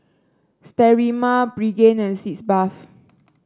Sterimar Pregain and Sitz Bath